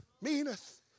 meaneth